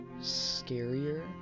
scarier